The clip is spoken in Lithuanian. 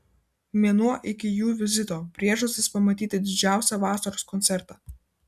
mėnuo iki jų vizito priežastys pamatyti didžiausią vasaros koncertą